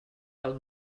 pel